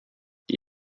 die